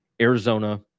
Arizona